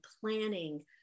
planning